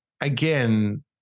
again